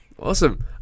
Awesome